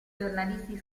giornalisti